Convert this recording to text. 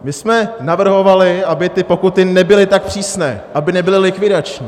My jsme navrhovali, aby ty pokuty nebyly tak přísné, aby nebyly likvidační.